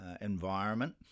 environment